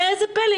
ראה זה פלא,